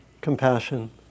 Compassion